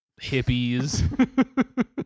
hippies